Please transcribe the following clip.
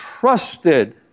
trusted